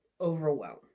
overwhelmed